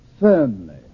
Firmly